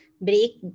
Break